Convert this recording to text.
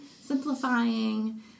simplifying